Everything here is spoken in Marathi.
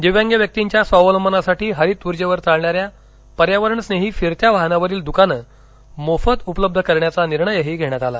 दिव्यांग व्यक्तींच्या स्वावलंबनासाठी हरित उर्जेवर चालणाऱ्या पर्यावरणस्नेही फिरत्या वाहनावरील दुकान मोफत उपलब्ध करण्याचा निर्णयही घेण्यात आला